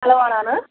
hello ആരാണ്